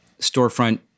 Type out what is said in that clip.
storefront